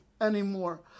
anymore